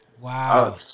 Wow